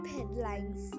Headlines